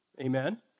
Amen